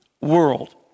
world